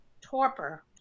Torpor